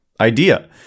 idea